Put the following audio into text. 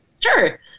Sure